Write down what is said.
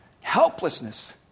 helplessness